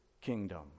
kingdom